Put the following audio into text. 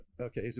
Okay